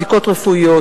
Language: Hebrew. בדיקות רפואיות,